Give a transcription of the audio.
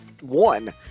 one